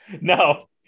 no